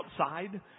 outside